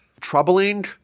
troubling